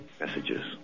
messages